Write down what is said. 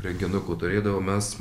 renginukų turėdavom mes